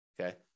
Okay